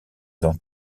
dans